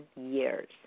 years